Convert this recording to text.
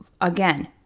Again